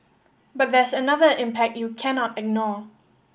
but there's another impact you cannot ignore